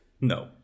No